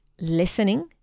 listening